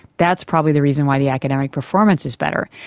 that's probably the reason why the academic performance is better.